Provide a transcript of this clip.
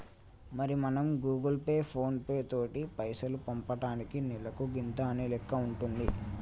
మరి మనం Google Pay ఫోన్ పేలతోటి పైసలు పంపటానికి నెలకు గింత అనే లెక్క ఉంటుంది